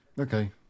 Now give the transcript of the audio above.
Okay